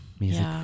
music